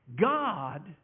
God